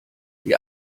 die